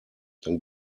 dann